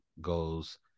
goes